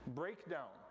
breakdown